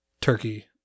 turkey